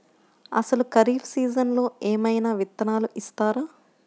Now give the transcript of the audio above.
అసలు ఖరీఫ్ సీజన్లో ఏమయినా విత్తనాలు ఇస్తారా?